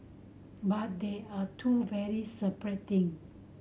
but they are two very separate thing